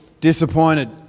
disappointed